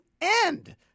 end